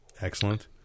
Excellent